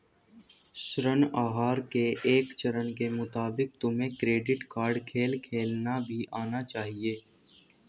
ऋण आहार के एक चरण के मुताबिक तुम्हें क्रेडिट कार्ड खेल खेलना भी आना चाहिए